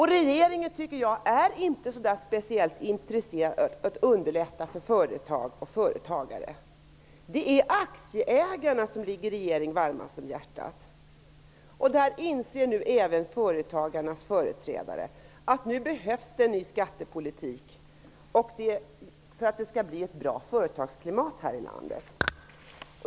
Jag tycker att regeringen inte är speciellt intresserad av att underlätta för företag och företagare. Det är aktieägarna som ligger regeringen varmast om hjärtat. Även företagarnas företrädare inser nu att det behövs en ny skattepolitik för att det skall bli ett bra företagsklimat i vårt land.